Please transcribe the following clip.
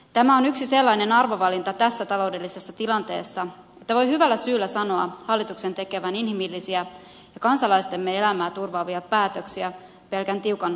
tämä on yksi sellainen arvovalinta tässä taloudellisessa tilanteessa että voi hyvällä syyllä sanoa hallituksen tekevän inhimillisiä ja kansalaistemme elämää turvaavia päätöksiä pelkän tiukan taloudenpidon sijaan